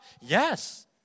Yes